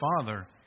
Father